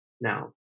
now